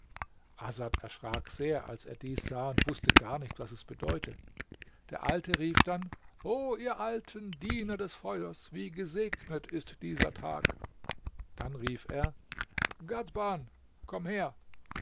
erschrak sehr als er dies sah und wußte gar nicht was es bedeute der alte rief dann o ihr alten diener des feuers wie gesegnet ist dieser tag dann rief er ghadban komm her